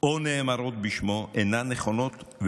או נאמרות בשמו אינן נכונות,